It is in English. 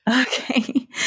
Okay